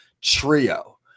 trio